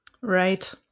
Right